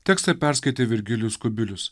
tekstą perskaitė virgilijus kubilius